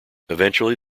eventually